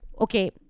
okay